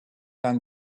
than